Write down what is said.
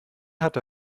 hatte